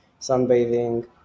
sunbathing